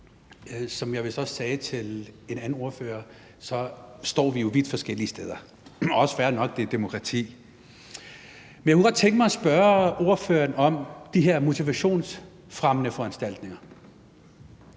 også sagde til den anden ordfører, står vi vidt forskellige steder, det også fair nok – det er demokrati. Men jeg kunne godt tænke mig at spørge ordføreren om de her motivationsfremmende foranstaltninger.